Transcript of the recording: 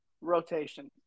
rotation